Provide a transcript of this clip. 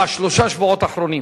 בשלושת השבועות האחרונים.